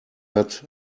hat